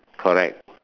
correct